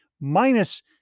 minus